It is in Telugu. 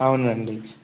అవునండి